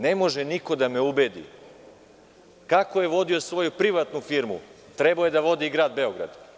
Ne može niko da me ubedi kako je vodio svoju privatnu firmu, trebao je da vodi i grad Beograd.